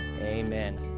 Amen